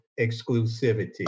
exclusivity